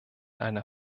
einer